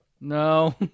No